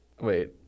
wait